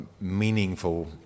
meaningful